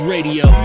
Radio